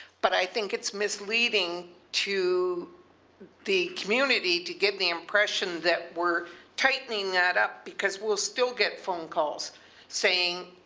but i think it's misleading to the community to give the impression that we're tightening that up because we'll still get phone calls saying,